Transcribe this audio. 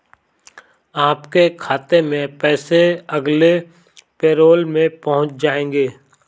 आपके खाते में पैसे अगले पैरोल में पहुँच जाएंगे